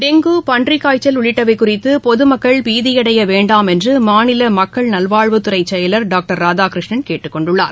dengue பன்றிக்காய்ச்சல் உள்ளிட்டவைகுறித்துபொதுமக்கள் பீதியடையவேண்டாம் என்றுமாநிலமக்கள் நல்வாழ்வுத்துறைசெயலர் டாக்டர் ராதாகிருஷ்ணன் கேட்டுக்கொண்டுள்ளார்